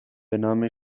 بنام